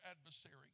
adversary